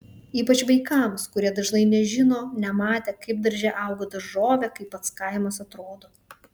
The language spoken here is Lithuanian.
ypač vaikams kurie dažnai nežino nematę kaip darže auga daržovė kaip pats kaimas atrodo